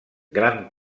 gran